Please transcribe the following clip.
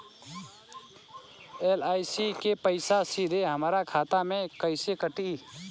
LIC के पईसा सीधे हमरा खाता से कइसे कटी?